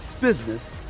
business